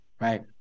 Right